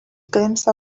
glimpse